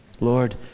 Lord